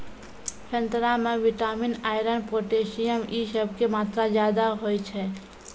संतरा मे vitamin, iron, potassium इ सभ के मात्रा ज्यादा होय छै